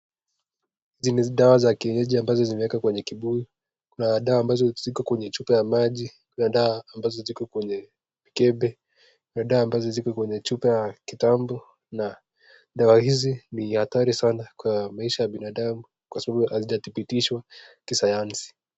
Hizi ni dawa za kienyeji ambazo zimewekwa kwenye kibuyu, kuna madawa ambazo ziko kwenye chupa ya maji, kuna dawa ambazo ziko kwenye mkebe na dawa ambazo ziko kwenye chupa ya kitambo na dawa hizi ni hatari sana kwa maisha ya binadamu kwasababu hazijatibitishwa kisayansi.